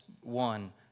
one